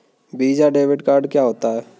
Visa debit card क्या होता है?